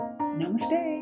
Namaste